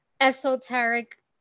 Esoteric